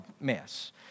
mess